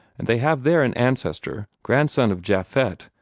and they have there an ancestor grandson of japhet,